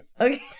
Okay